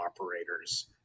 operators